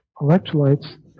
electrolytes